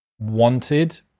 wanted